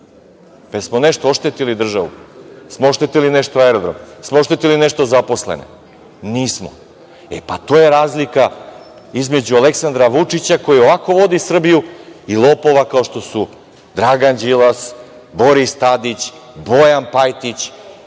Jel smo nešto oštetili državu? Jel smo oštetili nešto aerodrom? Jel smo oštetili nešto zaposlene? Nismo. E, to je razlika između Aleksandra Vučića, koji ovako vodi Srbiju i lopova kao što su Dragan Đilas, Boris Tadić, Bojan Pajtić,